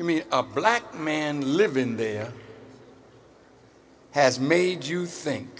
you mean a black man living there has made you think